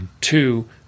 Two